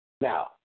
Now